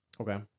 Okay